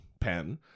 pen